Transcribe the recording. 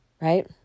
right